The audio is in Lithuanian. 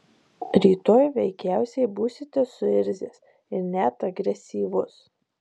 rytoj veikiausiai būsite suirzęs ir net agresyvus